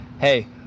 hey